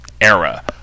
era